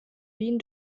wien